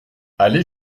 aller